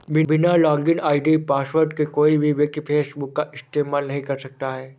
बिना login ID password के कोई भी व्यक्ति फेसबुक का इस्तेमाल नहीं कर सकता